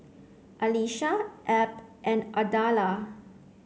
Alisha Ebb and Ardella